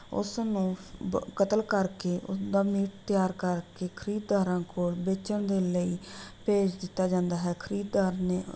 ਉਸ ਨੂੰ ਬ ਕਤਲ ਕਰਕੇ ਉਸ ਦਾ ਮੀਟ ਤਿਆਰ ਕਰਕੇ ਖਰੀਦਦਾਰਾਂ ਕੋਲ ਵੇਚਣ ਦੇ ਲਈ ਭੇਜ ਦਿੱਤਾ ਜਾਂਦਾ ਹੈ ਖਰੀਦਦਾਰ ਨੇ